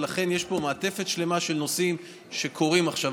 לכן יש פה מעטפת שלמה של נושאים שקורים עכשיו.